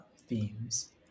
themes